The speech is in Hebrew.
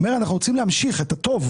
הוא אומר: "אנחנו רוצים להמשיך את הטוב".